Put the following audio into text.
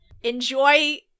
enjoy